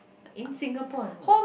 in Singapore I know